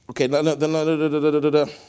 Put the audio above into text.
okay